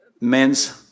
men's